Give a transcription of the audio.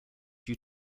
due